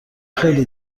خیلی